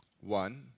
One